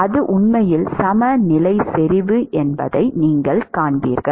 அது உண்மையில் சமநிலை செறிவு என்பதை நீங்கள் காண்பீர்கள்